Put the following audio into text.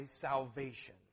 salvation